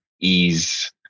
ease